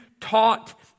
taught